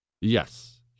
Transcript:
Yes